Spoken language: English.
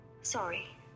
Sorry